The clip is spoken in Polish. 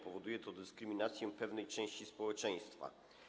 Powoduje to dyskryminację pewnej części społeczeństwa.